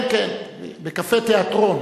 כן, כן, בקפה תיאטרון.